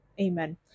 Amen